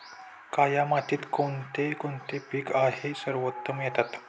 काया मातीत कोणते कोणते पीक आहे सर्वोत्तम येतात?